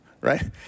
right